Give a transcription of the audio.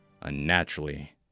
Unnaturally